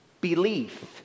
Belief